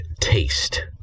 taste